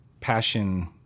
passion